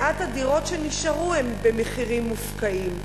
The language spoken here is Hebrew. מעט הדירות שנשארו הן במחירים מופקעים.